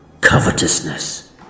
covetousness